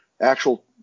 actual